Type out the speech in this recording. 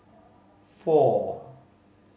four